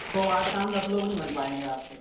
तो आठ का हम दस लोग नहीं बन पाएंगे आपके